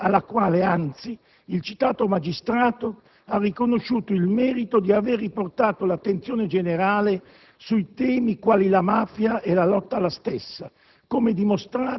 o alla RAI alla quale, anzi, il citato magistrato ha riconosciuto il merito di aver riportato l'attenzione generale sui temi quali la mafia e la lotta alla stessa,